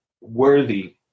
worthy